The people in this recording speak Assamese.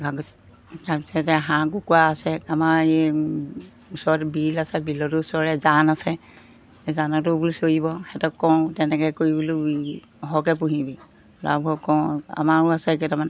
তাৰপিছতে হাঁহ কুকুৰা আছে আমাৰ এই ওচৰত বিল আছে বিলতো চৰে জান আছে সেই জানতো বোলো চৰিব সিহঁতক কওঁ তেনেকৈ কৰিবলৈ সৰহকৈ পুহিবি লাভ হওক কওঁ আমাৰো আছে কেইটামান